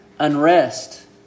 Unrest